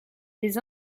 les